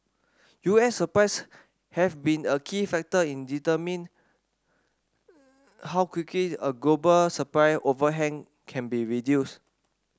U S supplies have been a key factor in determining how quickly a global supply overhang can be reduced